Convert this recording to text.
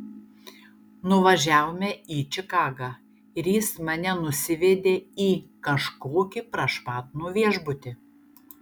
nuvažiavome į čikagą ir jis mane nusivedė į kažkokį prašmatnų viešbutį